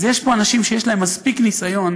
אז יש פה אנשים שיש להם מספיק ניסיון,